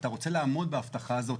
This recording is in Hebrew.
אתה רוצה לעמוד בהבטחה הזאת.